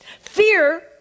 Fear